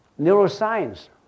neuroscience